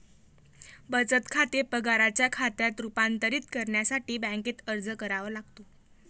बचत खाते पगाराच्या खात्यात रूपांतरित करण्यासाठी बँकेत अर्ज करावा लागतो